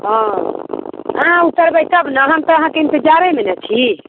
हँ अहाँ उतरबे तब न हम तऽ अहाँके इंतजारेमे नहि छी